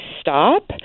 stop